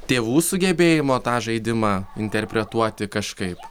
tėvų sugebėjimo tą žaidimą interpretuoti kažkaip